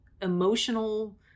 emotional